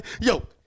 yo